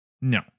No